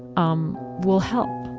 um will help